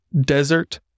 desert